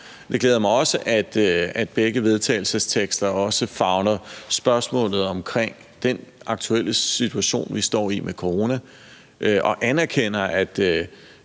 Det glæder mig også, at begge vedtagelsestekster favner spørgsmålet omkring den aktuelle situation, vi står i, med corona, og anerkender, og